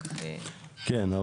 כן.